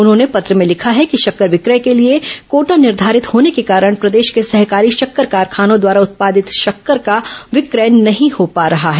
उन्होंने पत्र में लिखा है कि शक्कर विक्रय के लिए कोटा निर्धारित होने के ैकारण प्रदेश के सहकारी शक्कर कारखानों द्वारा उत्पादित शक्कर का विक्रय नहीं हो पा रहा है